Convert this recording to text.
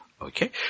Okay